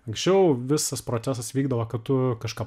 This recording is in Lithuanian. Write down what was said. anksčiau visas procesas vykdavo kad tu kažką